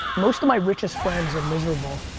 most of my richest friends are miserable,